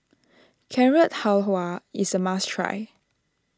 Carrot Halwa is a must try